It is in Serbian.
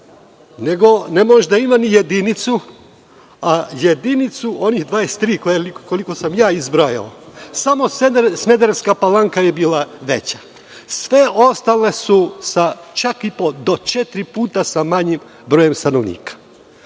nego ne može da ima ni jedinicu, a jedinicu, onih 23 koliko sam ja izbrojao, samo Smederevska Palanka je bila veća, sve ostale su sa čak i po četiri puta sa manjim brojem stanovnika...